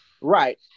Right